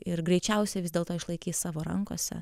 ir greičiausiai vis dėlto išlaikys savo rankose